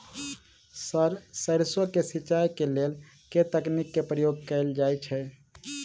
Sir सैरसो केँ सिचाई केँ लेल केँ तकनीक केँ प्रयोग कैल जाएँ छैय?